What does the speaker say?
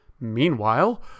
Meanwhile